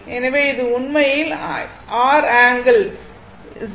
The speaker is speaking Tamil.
எனவே இது உண்மையில் R ஆங்கிள் 0